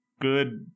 good